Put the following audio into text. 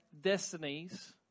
destinies